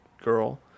girl